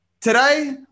Today